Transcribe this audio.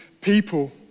people